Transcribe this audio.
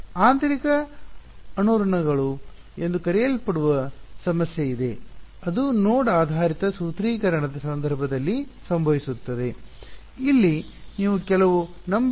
ಆಂತರಿಕ ಅನುರಣನಗಳು ಎಂದು ಕರೆಯಲ್ಪಡುವ ಸಮಸ್ಯೆ ಇದೆ ಅದು ನೋಡ್ ಆಧಾರಿತ ಸೂತ್ರೀಕರಣದ ಸಂದರ್ಭದಲ್ಲಿ ಸಂಭವಿಸುತ್ತದೆ ಅಲ್ಲಿ ನೀವು ಕೆಲವು ನಂಬಲಾಗದ ಪರಿಹಾರಗಳನ್ನು ಪಡೆಯುತ್ತೀರಿ